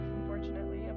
unfortunately